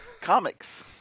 Comics